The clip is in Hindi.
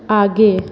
आगे